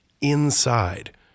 inside